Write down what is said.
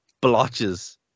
blotches